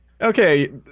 Okay